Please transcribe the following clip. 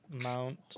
mount